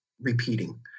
repeating